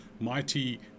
Mighty